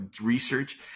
Research